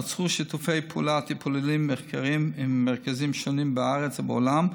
נוצרו שיתופי פעולה טיפוליים ומחקריים עם מרכזים שונים בארץ ובעולם,